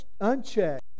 Unchecked